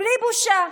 בלי בושה.